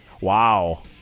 Wow